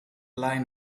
line